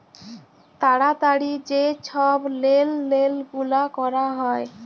তাড়াতাড়ি যে ছব লেলদেল গুলা ক্যরা হ্যয়